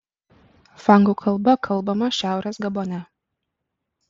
fangų kalba kalbama šiaurės gabone